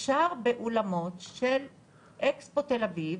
אפשר באולמות של אקספו תל אביב,